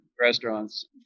restaurants